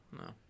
no